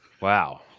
Wow